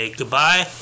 goodbye